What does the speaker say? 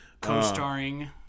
Co-starring